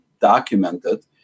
documented